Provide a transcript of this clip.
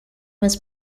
was